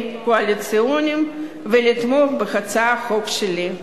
קואליציוניים ולתמוך בהצעת החוק שלי.